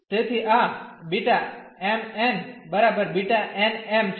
તેથી આ B m nB n m છે